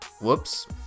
Whoops